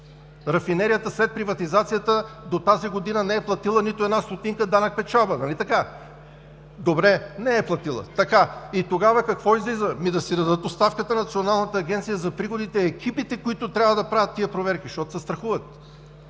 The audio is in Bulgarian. Рафинерията след приватизацията до тази година не е платила нито една стотинка данък печалба, нали така? Добре, не е платила! И тогава какво излиза? Ами да си дадат оставката екипите в Националната агенция за приходите, които трябва да правят тези проверки, защото се страхуват.